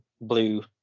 blue